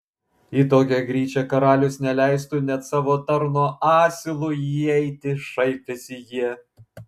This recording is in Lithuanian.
į tokią gryčią karalius neleistų net savo tarno asilui įeiti šaipėsi jie